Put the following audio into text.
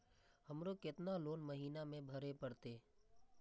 हमरो केतना लोन महीना में भरे परतें?